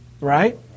right